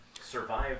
survive